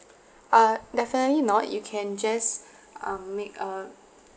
uh definitely not you can just um make uh